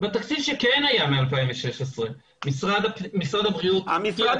בתקציב שכן היה מ-2016 משרד הבריאות --- משרד